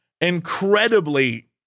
incredibly